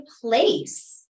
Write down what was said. place